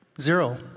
Zero